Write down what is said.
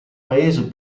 paese